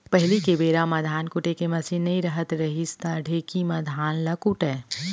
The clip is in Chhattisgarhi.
पहिली के बेरा म धान कुटे के मसीन नइ रहत रहिस त ढेंकी म धान ल कूटयँ